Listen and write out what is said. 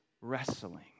wrestling